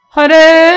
Hare